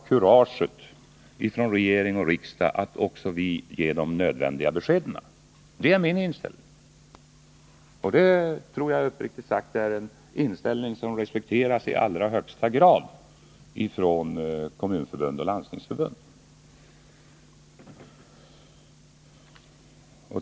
Vi måste från regering och riksdag ha kurage att ge de nödvändiga beskeden. Det är min inställning. Och jag tror uppriktigt sagt att det är en inställning som i allra högsta grad respekteras av Kommunförbundet och Landstingsförbundet.